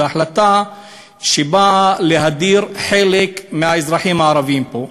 והיא החלטה שבאה להדיר חלק מהאזרחים הערבים פה.